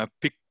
Pick